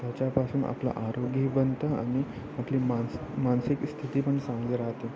त्याच्यापासून आपलं आरोग्यही बनतं आणि आपली मानस मानसिक स्थिती पण चांगली राहते